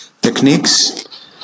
techniques